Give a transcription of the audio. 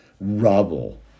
rubble